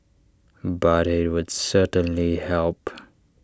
but IT would certainly help